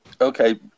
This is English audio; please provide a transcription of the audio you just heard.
Okay